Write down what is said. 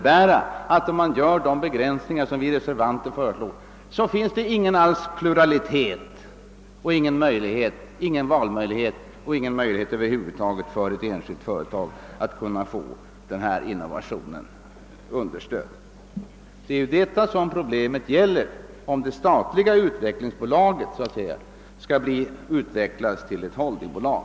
Hur skulle då de begränsningar som vi reservanter föreslår kunna medföra, att det inte blir någon valmöjlighet för ett företag när det gäller att få sin innovation understödd? Vad problemet gäller är huruvida det statliga utvecklingsbolaget så att säga skall utvecklas till ett holdingbolag.